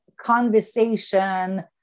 conversation